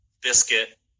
Biscuit